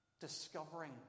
discovering